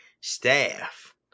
Staff